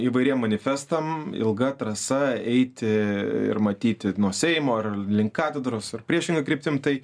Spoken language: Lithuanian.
įvairiem manifestam ilga trasa eiti ir matyti nuo seimo ar link katedros ar priešinga kryptim tai